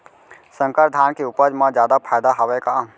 संकर धान के उपज मा जादा फायदा हवय का?